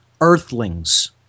earthlings